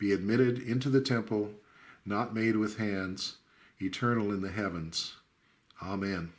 be admitted into the temple not made with hands eternal in the heavens